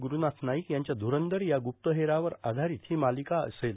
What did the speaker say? ग्ररूनाथ नाईक यांच्या ध्ररंदर या ग्रुप्तहेरावर आधारीत ही मालिका असेल